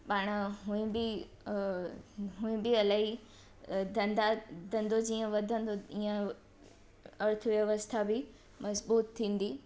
पाण उहे बि अ हूअं बि इलाही धंधा धंधो जीअं वधंदो ईअं अर्थव्यवस्था बि मज़बूत थींदी